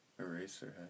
Eraserhead